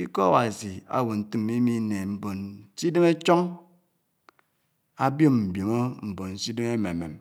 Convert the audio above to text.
ikó Áwási ábò ntó mi nè mbòn sè idèm áchòng, ábiòm mbiònò mbòn sè idèm ámèmèm